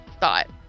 thought